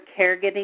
caregiving